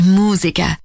musica